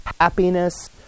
happiness